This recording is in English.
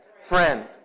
Friend